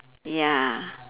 ya